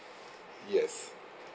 yes